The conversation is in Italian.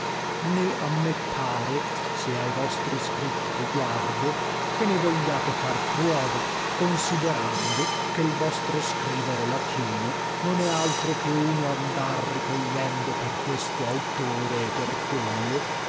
né a me pare se ai vostri scritti riguardo che ne vogliate far pruova considerando che l vostro scrivere latino non è altro che uno andar ricogliendo per questo auttore e per quello